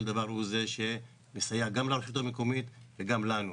דבר הוא זה שמסייע גם לרשות המקומית וגם לנו.